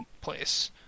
place